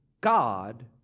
God